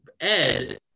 Ed